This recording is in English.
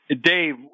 Dave